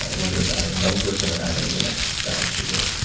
whether it's adding one person or adding the next thousand people.